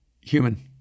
human